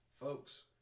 Folks